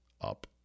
up